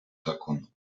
законом